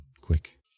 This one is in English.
quick